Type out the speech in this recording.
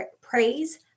praise